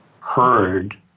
heard